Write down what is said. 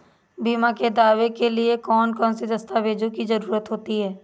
बीमा के दावे के लिए कौन कौन सी दस्तावेजों की जरूरत होती है?